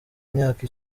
imyaka